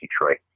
Detroit